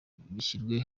bishyirwe